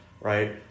right